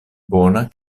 bona